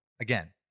again